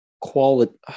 quality